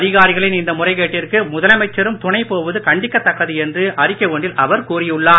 அதிகாரிகளின் இந்த முறை கேட்டிற்கு முதலமைச்சரும் துணைபோவது கண்டிக்கத்தக்கது என்று அறிக்கை ஒன்றில் அவர் கூறியுள்ளார்